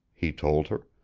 he told her.